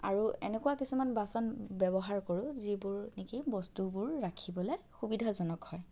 আৰু এনেকুৱা কিছুমান বাচন ব্যৱহাৰ কৰোঁ যিবোৰ নেকি বস্তুবোৰ ৰাখিবলে সুবিধাজনক হয়